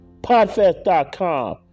PodFest.com